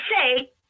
say